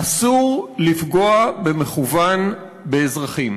אסור לפגוע במכוון באזרחים.